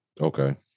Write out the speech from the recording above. Okay